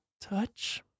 touch